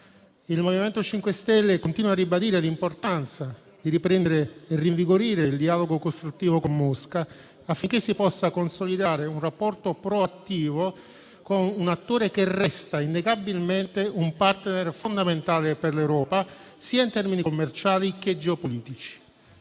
Il MoVimento 5 Stelle continua a ribadire l'importanza di riprendere e rinvigorire il dialogo costruttivo con Mosca affinché si possa consolidare un rapporto proattivo con un attore che resta innegabilmente un *partner* fondamentale per l'Europa sia in termini commerciali che geopolitici.